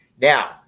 Now